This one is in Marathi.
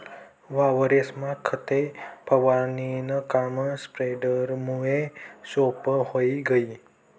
वावरेस्मा खते फवारणीनं काम स्प्रेडरमुये सोप्पं व्हयी गय